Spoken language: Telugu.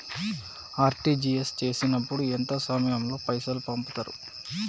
ఆర్.టి.జి.ఎస్ చేసినప్పుడు ఎంత సమయం లో పైసలు పంపుతరు?